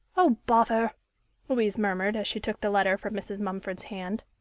oh, bother louise murmured, as she took the letter from mrs. mumford's hand.